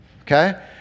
Okay